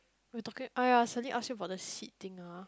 what we talking !aiya! suddenly ask you about the seat thing ah